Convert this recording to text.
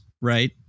right